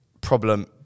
problem